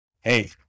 Hey